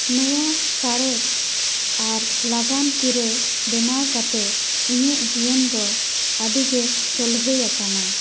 ᱱᱚᱣᱟ ᱥᱟᱬᱮᱥ ᱟᱨ ᱞᱟᱜᱟᱱᱠᱤᱨᱟᱹ ᱵᱮᱱᱟᱣ ᱠᱟᱛᱮ ᱤᱧᱟᱹᱜ ᱡᱤᱭᱚᱱ ᱫᱚ ᱟᱹᱰᱤᱜᱮ ᱥᱚᱞᱦᱮ ᱟᱠᱟᱱᱟ